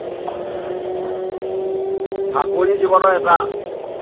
চাকৰি জীৱনৰ এটা